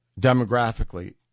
demographically